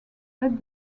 led